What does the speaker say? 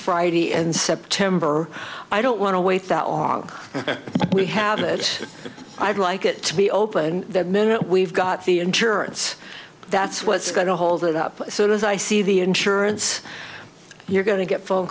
friday and september i don't want to wait that long we have it i'd like it to be open that minute we've got the insurance that's what's going to hold it up as soon as i see the insurance you're going to get phone